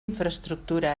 infraestructura